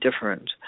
different